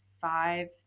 five